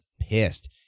pissed